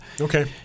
Okay